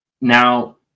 Now